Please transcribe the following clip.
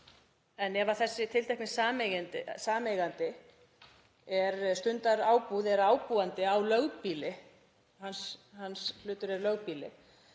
ef þessi tiltekni sameigandi stundar ábúð, er ábúandi á lögbýli og hans hlutur er lögbýli,